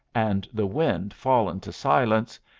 and the wind fallen to silence,